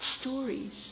stories